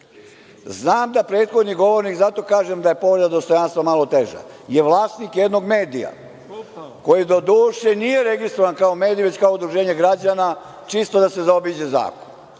da prethodni govornik, zato kažem da je povreda dostojanstva malo teža, je vlasnik jednog medija koji doduše nije registrovan kao medij već kao udruženje građana, čisto da se zaobiđe zakon,